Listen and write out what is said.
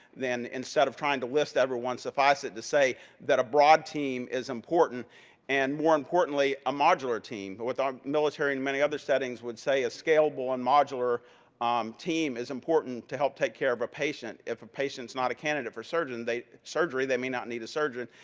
then instead of trying to list everyone, suffice it to say that a broad team is important and more importantly a modular team. but with our military and many other settings would say a scalable and modular um team is important to help take care of a patient. if a patient's not a candidate for surgery, they may not need a surgeon.